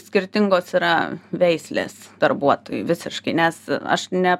skirtingos yra veislės darbuotojų visiškai nes aš ne